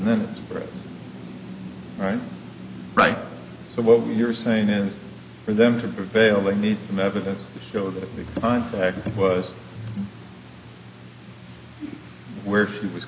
it's right right right so what you're saying is for them to prevail they need some evidence to show that they find that was where it was